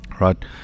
right